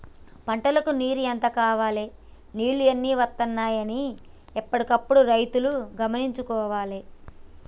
పంటలకు నీరు ఎంత కావాలె నీళ్లు ఎన్ని వత్తనాయి అన్ని ఎప్పటికప్పుడు రైతు గమనించుకోవాలె